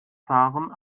fahren